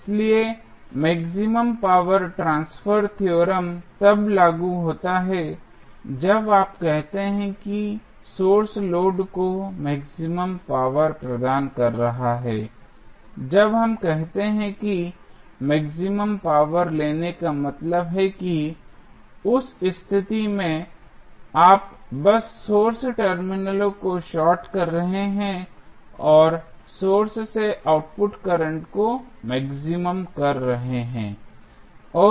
इसलिए maximum power transfer theorem तब लागू होता है जब आप कहते हैं कि सोर्स लोड को मैक्सिमम पावर प्रदान कर रहा है जब हम कहते हैं कि मैक्सिमम पावर लेने का मतलब है कि उस स्थिति में आप बस सोर्स टर्मिनलों को शार्ट कर रहे हैं और सोर्स से आउटपुट करंट को मैक्सिमम कर रहे हैं